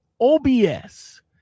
OBS